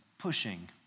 Pushing